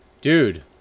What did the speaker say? Dude